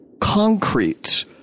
Concrete